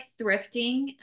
thrifting